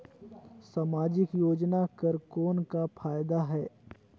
समाजिक योजना कर कौन का फायदा है?